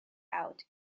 out